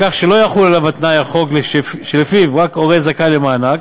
בכך שלא יחול עליו התנאי בחוק שלפיו רק הורה זכאי למענק.